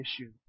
issue